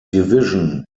division